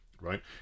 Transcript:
Right